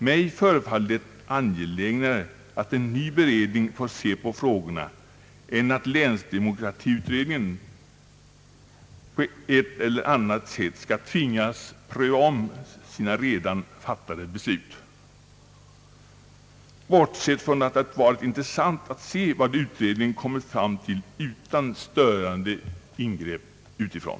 Mig förefaller det angelägnare att en ny beredning får se på frågorna än att länsdemokratiutredningen på ett eller annat sätt skall tvingas pröva om sina redan fattade beslut, bortsett från att det varit intressant att se vad utredningen kommit fram till utan störande ingrepp utifrån.